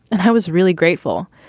and i was really grateful.